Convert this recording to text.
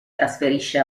trasferisce